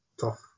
tough